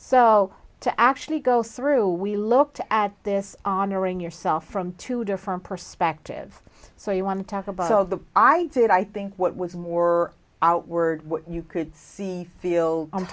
so to actually go through we looked at this honoring yourself from two different perspectives so you want to talk about all of the i did i think what was more outward what you could see feel on